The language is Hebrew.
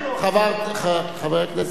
חבר הכנסת זחאלקה,